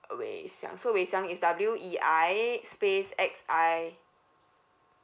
wei xiang so wei xiang is W E I space X I